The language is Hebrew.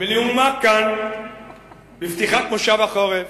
בנאומה כאן בפתיחת כנס החורף